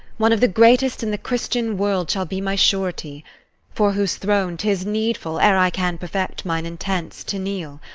one of the greatest in the christian world shall be my surety fore whose throne tis needful, ere i can perfect mine intents, to kneel.